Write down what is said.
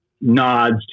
nods